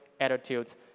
attitudes